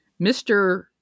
Mr